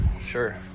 Sure